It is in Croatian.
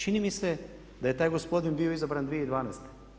Čini mi se da je taj gospodin bio izabran 2012.